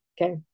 okay